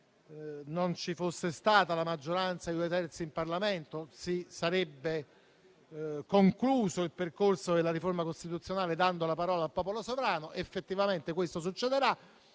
non ci fosse stata la maggioranza dei due terzi in Parlamento, si sarebbe concluso il percorso della riforma costituzionale dando la parola al popolo sovrano ed effettivamente questo succederà.